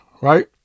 right